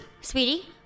Sweetie